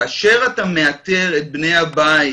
כאשר אתה מאתר את בני הבית,